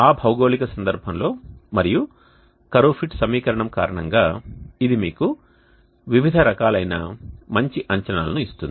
ఆ భౌగోళిక సందర్భంలో మరియు కర్వ్ ఫిట్ సమీకరణం కారణంగా ఇది మీకు వివిధ రకాలైన మంచి అంచనాలను ఇస్తుంది